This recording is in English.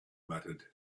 muttered